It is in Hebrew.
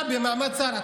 אתה במעמד שר,